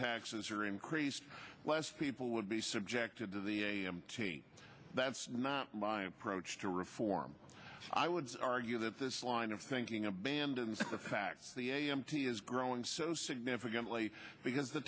taxes are increased less people would be subjected to the a m t that's not my approach to reform i would argue that this line of thinking abandons the fact the a m t is growing so significantly because the